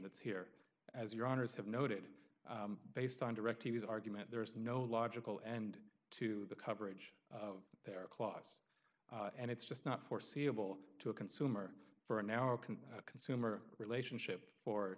that's here as your owners have noted based on direct he was argument there is no logical end to the coverage of their clause and it's just not foreseeable to a consumer for an hour consumer relationship for